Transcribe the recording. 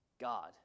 God